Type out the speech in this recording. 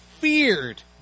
feared